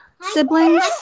siblings